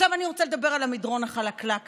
עכשיו אני רוצה לדבר על המדרון החלקלק הזה,